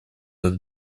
эту